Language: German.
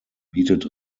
bietet